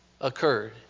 occurred